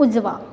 उजवा